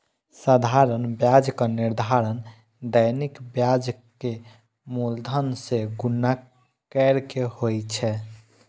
साधारण ब्याजक निर्धारण दैनिक ब्याज कें मूलधन सं गुणा कैर के होइ छै